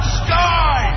sky